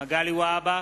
מגלי והבה,